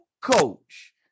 coach